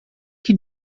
que